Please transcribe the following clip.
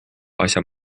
asja